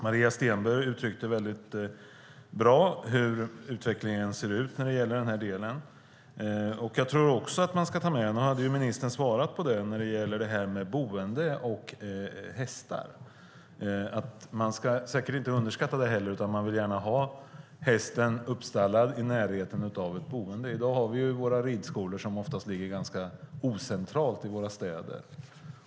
Maria Stenberg uttryckte mycket bra hur utvecklingen ser ut där. Ministern kommenterade detta med boende och hästar. Det ska säkert inte underskattas. Man vill gärna ha hästen uppstallad i närheten av ett boende. I dag ligger ridskolorna ofta ganska ocentralt i våra städer.